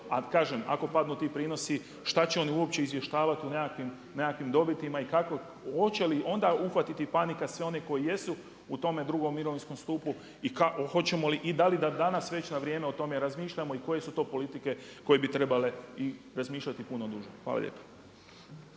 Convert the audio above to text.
a kažem ako padnu ti prinosi šta će oni uopće izvještavati u nekakvim dobitima i hoće li onda uhvatiti panika sve one koji jesu u tome drugom mirovinskom stupu i hoćemo li i da li da danas već na vrijeme o tome razmišljamo i koje su to politike koje bi trebale razmišljati puno duže? Hvala lijepa.